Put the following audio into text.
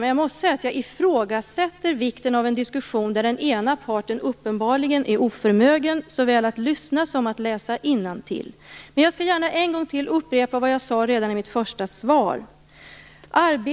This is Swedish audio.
Men jag måste säga att jag ifrågasätter vikten av en diskussion där den ena parten uppenbarligen är oförmögen såväl att lyssna som att läsa innantill. Men jag skall gärna en gång till upprepa vad jag sade redan i mitt första svar. Jag skall